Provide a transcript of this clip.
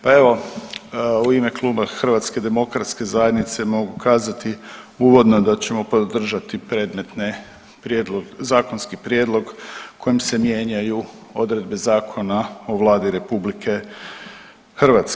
Pa evo u ime kluba HDZ-a mogu kazati uvodno da ćemo podržati predmetni zakonski prijedlog kojim se mijenjaju odredbe Zakona o Vladi RH.